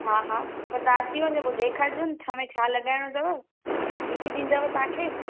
हा हा पर तव्हां अची वञिजो पोइ ॾेखारिजो न छा में छा लॻाइणु अथव हू ॾिसी डींदव तव्हांखे